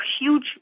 huge